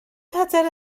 cadair